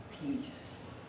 peace